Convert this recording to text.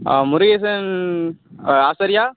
ஆ Murugesan Acharya